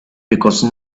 because